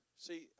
See